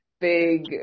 big